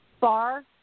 bar